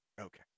Okay